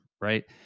right